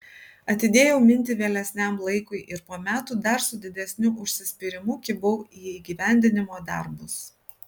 atidėjau mintį vėlesniam laikui ir po metų dar su didesniu užsispyrimu kibau į įgyvendinimo darbus